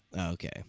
okay